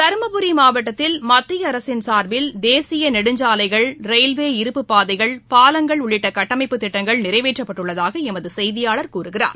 தருமபுரி மாவட்டத்தில் மத்திய அரசின் சார்பில் தேசிய நெடுஞ்சாலைகள் ரயில்வே இருப்புப் பாதைகள் பாலங்கள் உள்ளிட்ட கட்டமைப்பு திட்டங்கள் நிறைவேற்றப்பட்டுள்ளதாக எமது செய்தியாளர் கூறுகிறார்